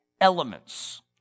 elements